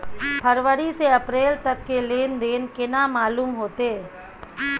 फरवरी से अप्रैल तक के लेन देन केना मालूम होते?